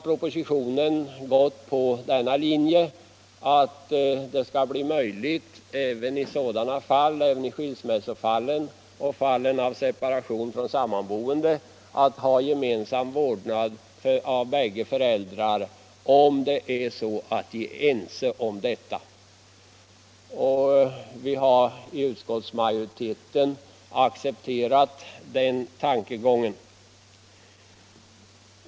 Propositionen har gått på den linjen att det skall bli möjligt för båda föräldrarna även i skilsmässofallen och i fallen av separation mellan sammanboende att ha gemensam vårdnad om de är ense om detta. Vi har i utskottsmajoriteten accepterat den tankegången.